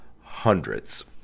hundreds